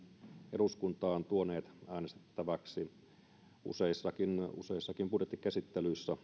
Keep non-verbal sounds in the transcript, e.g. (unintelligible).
eduskuntaan tuoneet äänestettäväksi useissakin budjettikäsittelyissä (unintelligible)